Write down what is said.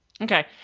okay